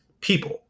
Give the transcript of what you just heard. people